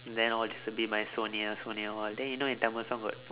then all these will be my sonia sonia all then you know in Tamil song got